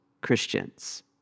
Christians